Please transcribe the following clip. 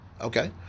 Okay